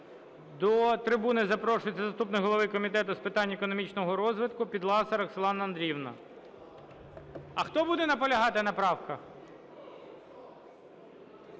До трибуни запрошується заступник голови Комітету з питань економічного розвитку Підласа Роксолана Андріївна. А хто буде наполягати на правках?